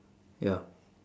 ya